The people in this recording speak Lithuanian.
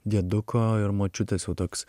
dieduko ir močiutės jau toks